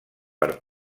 per